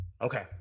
Okay